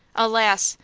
alas!